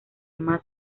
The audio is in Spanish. más